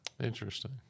Interesting